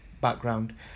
background